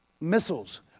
missiles